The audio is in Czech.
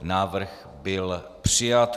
Návrh byl přijat.